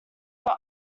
your